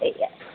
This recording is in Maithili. इएह